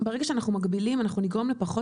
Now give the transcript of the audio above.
ברגע שאנחנו מגבילים אנחנו נגרום לפחות